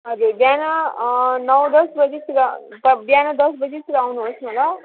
हजुर बिहान नौ दस बजीतिर त बिहान दस बजीतिर आउनुहोस् न ल